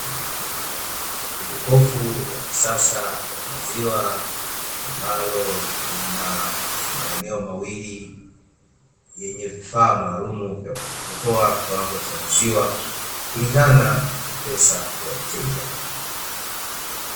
Jokofu la kisasa la maziwa, ambalo lina maeneo mawili yenye vifaa maalumu vya kukokotoa kiwango cha maziwa, kulingana na pesa ya mteja.